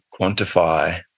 quantify